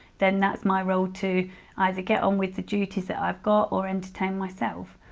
then that's my role to either get on with the duties that i've got or entertain myself.